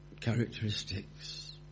characteristics